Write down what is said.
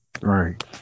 Right